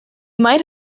might